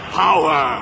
power